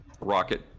rocket